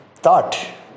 thought